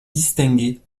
distinguées